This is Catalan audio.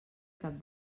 cap